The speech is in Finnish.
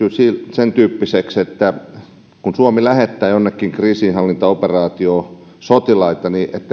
sentyyppiseksi että kun suomi lähettää jonnekin kriisinhallintaoperaatioon sotilaita niin